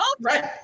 Right